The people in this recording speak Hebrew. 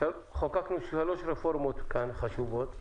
איך --- חוקקנו כאן שלוש רפורמות חשובות,